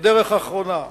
כדרך אחרונה,